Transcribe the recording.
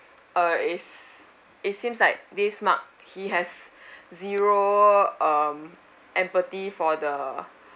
uh it's it seems like this mark he has zero um empathy for the